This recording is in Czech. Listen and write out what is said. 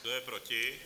Kdo je proti?